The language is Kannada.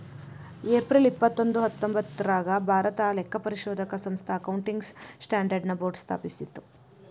ಏಪ್ರಿಲ್ ಇಪ್ಪತ್ತೊಂದು ಹತ್ತೊಂಭತ್ತ್ನೂರಾಗ್ ಭಾರತಾ ಲೆಕ್ಕಪರಿಶೋಧಕ ಸಂಸ್ಥಾ ಅಕೌಂಟಿಂಗ್ ಸ್ಟ್ಯಾಂಡರ್ಡ್ ನ ಬೋರ್ಡ್ ಸ್ಥಾಪಿಸ್ತು